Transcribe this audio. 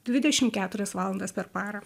dvidešim keturias valandas per parą